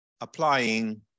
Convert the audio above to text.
applying